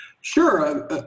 Sure